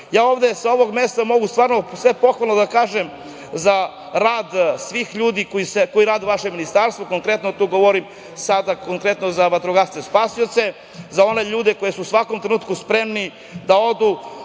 ovde sa ovog mesta mogu sve pohvalno da kažem za rad svih ljudi koji rade u vašem Ministarstvu. Konkretno tu govorim za vatrogasce spasioce, za one ljude koji su u svakom trenutku spremni da odu